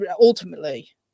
ultimately